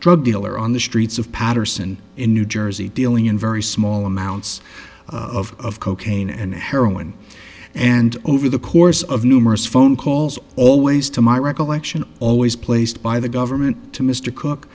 drug dealer on the streets of patterson in new jersey dealing in very small amounts of cocaine and heroin and over the course of numerous phone calls always to my recollection always placed by the government to mr cook